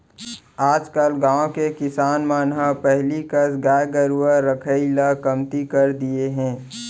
आजकल गाँव के किसान मन ह पहिली कस गाय गरूवा रखाई ल कमती कर दिये हें